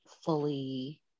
fully